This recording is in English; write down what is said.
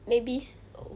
maybe